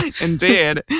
Indeed